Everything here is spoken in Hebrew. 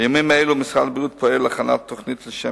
בימים אלו משרד הבריאות פועל להכנת תוכנית לשם